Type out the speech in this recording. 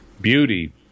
beauty